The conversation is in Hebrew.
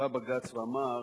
בא בג"ץ ואמר: